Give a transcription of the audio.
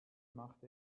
macht